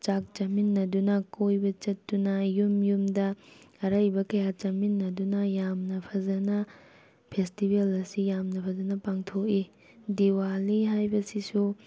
ꯆꯥꯛ ꯆꯥꯃꯤꯟꯅꯗꯨꯅ ꯀꯣꯏꯕ ꯆꯠꯇꯨꯅ ꯌꯨꯝ ꯌꯨꯝꯗ ꯑꯔꯩꯕ ꯀꯌꯥ ꯆꯥꯃꯤꯟꯅꯗꯨꯅ ꯌꯥꯝꯅ ꯐꯖꯅ ꯐꯦꯁꯇꯤꯚꯦꯜ ꯑꯁꯤ ꯌꯥꯝꯅ ꯐꯖꯅ ꯄꯥꯡꯊꯣꯛꯏ ꯗꯤꯋꯥꯂꯤ ꯍꯥꯏꯕꯁꯤꯁꯨ